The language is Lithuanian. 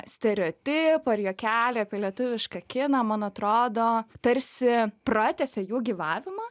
stereotipų ar juokeliai apie lietuvišką kiną man atrodo tarsi pratęsia jų gyvavimą